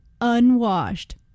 unwashed